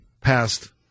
passed